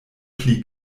pli